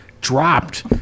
dropped